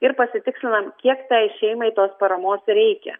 ir pasitikslinam kiek tai šeimai tos paramos reikia